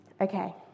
Okay